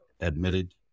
admitted